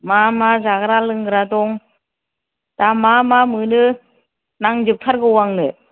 मा मा जाग्रा लोंग्रा दं दा मा मा मोनो नांजोबथारगौ आंनो